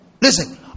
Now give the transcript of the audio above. Listen